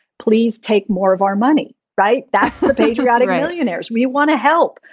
please take more of our money. right. that's the patriotic millionaires. we want to help.